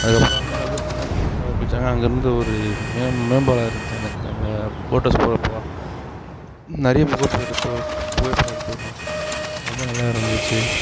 அதுக்கப்புறம் அங்கேருந்து அப்படியே கொஞ்ச நேரத்தில் கிளம்ப ஆரம்பிச்சாங்கள் அங்கேருந்து ஒரு மேம் மேம்பாலம் இருந்துச்சு அந்த அந்த போட் ஹௌஸ் போகிறப்போ நிறைய புகைப்படம் எடுத்தோம் புகைப்படம் எடுத்துக்கினோம் ரொம்ப நல்லா இருந்துச்சு